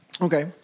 Okay